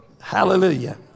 Hallelujah